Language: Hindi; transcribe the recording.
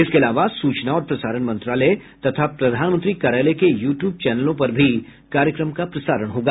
इसके अलावा सूचना और प्रसारण मंत्रालय तथा प्रधानमंत्री कार्यालय के यू ट्यूब चैनलों पर भी कार्यक्रम का प्रसारण होगा